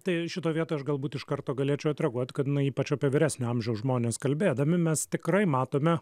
tai šitoj vietoj aš galbūt iš karto galėčiau atreaguot kad na ypač apie vyresnio amžiaus žmones kalbėdami mes tikrai matome